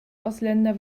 ausländer